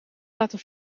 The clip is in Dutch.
laten